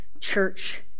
church